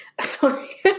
Sorry